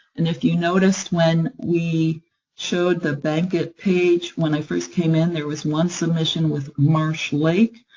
and if you noticed, when we showed the bankit page, when i first came in, there was one submission with marsh lake,